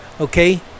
okay